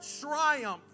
triumph